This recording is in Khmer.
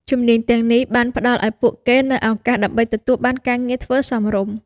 ជំនាញទាំងនេះបានផ្តល់ឱ្យពួកគេនូវឱកាសដើម្បីទទួលបានការងារធ្វើសមរម្យ។